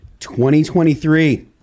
2023